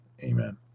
Amen